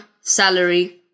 salary